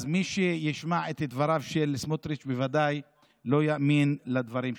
אז מי שישמע את דבריו של סמוטריץ' בוודאי לא יאמין לדברים שלו.